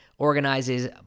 organizes